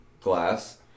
Glass